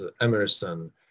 Emerson